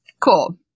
Cool